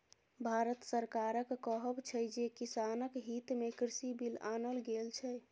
भारत सरकारक कहब छै जे किसानक हितमे कृषि बिल आनल गेल छै